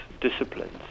disciplines